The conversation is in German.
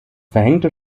verhängte